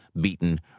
beaten